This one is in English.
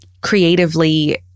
creatively